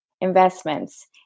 investments